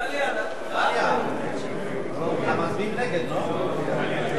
לי לומר שהמקום הזה הוא המקום המיטבי.